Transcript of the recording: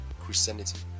Christianity